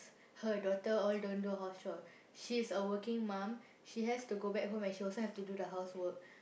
her daughter all don't do house chore she's a working mum she has to go back home and she also has to do the housework